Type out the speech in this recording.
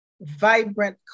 vibrant